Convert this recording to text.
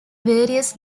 various